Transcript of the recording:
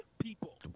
people